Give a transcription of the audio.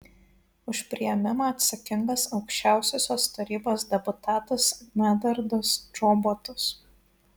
už priėmimą atsakingas aukščiausiosios tarybos deputatas medardas čobotas